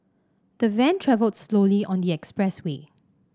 the van travelled slowly on the expressway